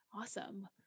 Awesome